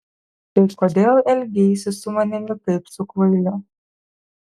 tai kodėl elgeisi su manimi kaip su kvailiu